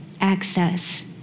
access